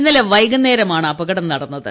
ഇന്നലെ വൈകുന്നേരമാണ് അപകടം നടന്നത്